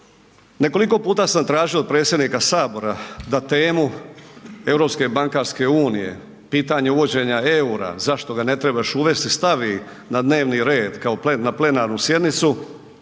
nekoliko puta sam tražio od predsjednika Sabora da temu Europske bankarske unije, pitanje uvođenja eura zašto ga ne treba još uvesti stavi na dnevni red na plenarnu sjednicu,